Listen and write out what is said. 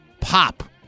pop